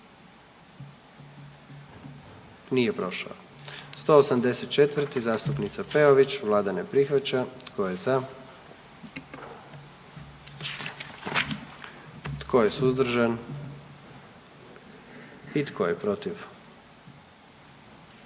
44. Kluba zastupnika SDP-a, vlada ne prihvaća. Tko je za? Tko je suzdržan? Tko je protiv?